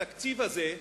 התקציב הזה,